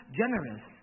generous